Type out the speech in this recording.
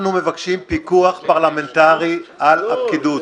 אנחנו מבקשים פיקוח פרלמנטרי על הפקידות.